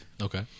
Okay